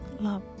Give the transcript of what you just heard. love